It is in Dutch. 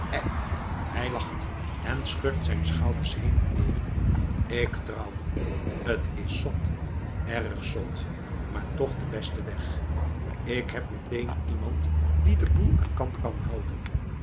hij lacht en schurkt zijn schouders heen en weer ik trouwen t is zot erg zot maar toch de beste weg ik heb meteen iemand die den boel aan kant kan houden